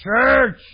church